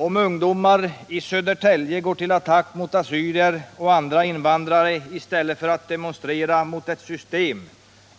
Om ungdomar i Södertälje går till attack mot assyrier och andra invandrare i stället för att demonstrera mot ett system